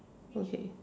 okay